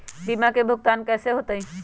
बीमा के भुगतान कैसे होतइ?